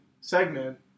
segment